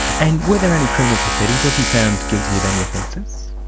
and were there any criminal proceedings? was he found guilty of any offences?